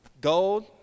Gold